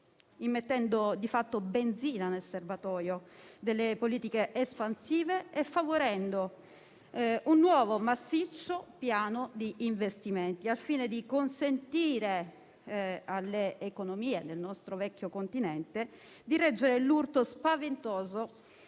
immettendo di fatto benzina nel serbatoio delle politiche espansive e favorendo un nuovo, massiccio piano di investimenti, al fine di consentire alle economie del vecchio continente di reggere l'urto spaventoso